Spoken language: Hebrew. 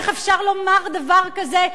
איך אפשר לומר דבר כזה,